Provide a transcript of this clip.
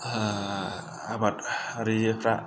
आबाद रैजोफोरा